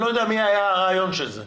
אני לא יודע למי היה הרעיון של זה,